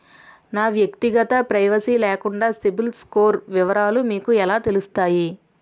నా వ్యక్తిగత ప్రైవసీ లేకుండా సిబిల్ స్కోర్ వివరాలు మీకు ఎలా తెలుస్తాయి?